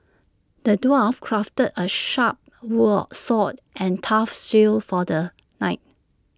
the dwarf crafted A sharp wall sword and tough shield for the knight